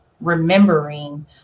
remembering